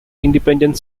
independent